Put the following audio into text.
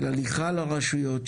של הליכה לרשויות,